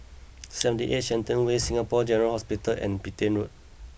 Seventy Eight Shenton Way Singapore General Hospital and Petain Road